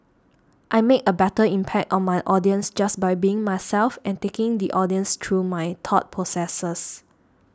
I make a better impact on my audience just by being myself and taking the audience through my thought processes